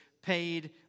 Paid